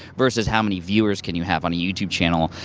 versus how many viewers can you have on a youtube channel.